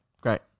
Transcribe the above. great